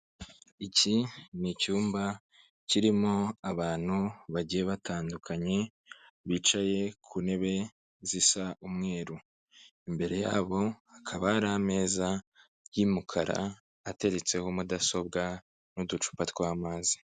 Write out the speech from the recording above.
Iki ni icyuyumba kirimo abantu bagiye batandukanye bicaye ku ntebe zisa umweru. Imbere yabo hakaba hari ameza y'umukara ateretseho mudasobwa n'uducupa tw'amazi.